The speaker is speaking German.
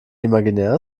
imaginär